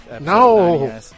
No